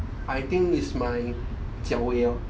I think it's my jiao liao